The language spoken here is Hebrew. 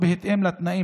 הצלנו את המדינה.